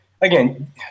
again